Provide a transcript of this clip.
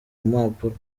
mpapuro